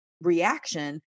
reaction